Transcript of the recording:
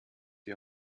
die